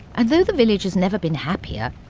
and though the village has never been happier,